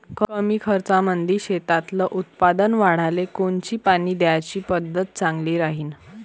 कमी खर्चामंदी शेतातलं उत्पादन वाढाले कोनची पानी द्याची पद्धत चांगली राहीन?